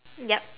yup